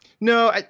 No